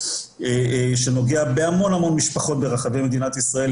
נושא שנוגע בהמון משפחות ברחבי מדינת ישראל,